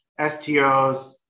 STOs